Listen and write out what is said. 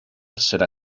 serà